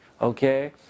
okay